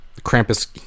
Krampus